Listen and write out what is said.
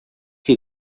que